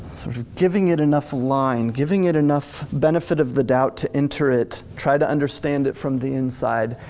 sort of giving it enough line, giving it enough benefit of the doubt to enter it, try to understand it from the inside,